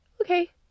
okay